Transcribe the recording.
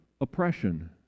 oppression